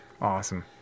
Awesome